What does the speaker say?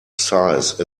size